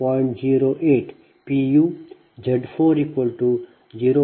uZ 10